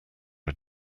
are